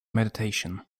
meditation